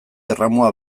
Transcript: erramua